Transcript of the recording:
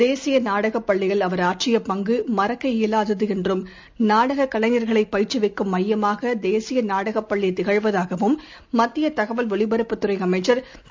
தேசியநாடகபள்ளியில் அவர் ஆற்றியபங்குமற்க்க இயலாததுஎன்றும் நாடககலைஞர்களைப் பயிற்றுவிக்கும் மையமாகதேசியநாடகபள்ளிதிகழ்வதாகவும் மத்தியதகவல் ஒலிபரப்புத் துறைஅமைச்சர் திரு